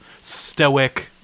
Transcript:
stoic